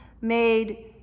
made